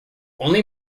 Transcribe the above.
only